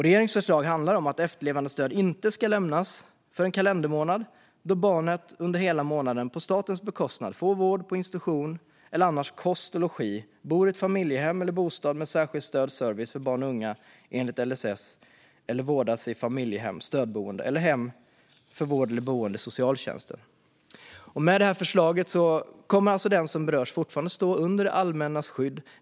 Regeringens förslag handlar om att efterlevandestöd inte ska lämnas för en kalendermånad då barnet under hela månaden på statens bekostnad får vård på institution eller annars får kost och logi, bor i ett familjehem eller en bostad med särskilt stöd och särskild service för barn och unga enligt LSS eller vårdas i ett familjehem, stödboende eller hem för vård eller boende inom socialtjänsten. Med förslaget kommer alltså den som berörs fortfarande att stå under det allmännas skydd.